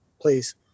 please